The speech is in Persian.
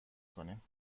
کنیم